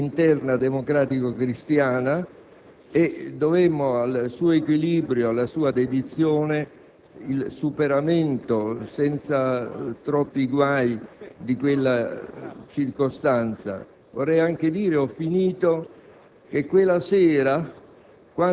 e di grande turbolenza interna democratico-cristiana, dovemmo al suo equilibrio e alla sua dedizione il superamento, senza troppi guai, di quella circostanza. Vorrei aggiungere che anche